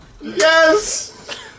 Yes